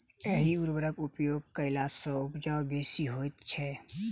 एहि उर्वरकक उपयोग कयला सॅ उपजा बेसी होइत छै